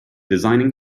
designing